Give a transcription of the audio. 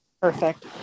Perfect